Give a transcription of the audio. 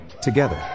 together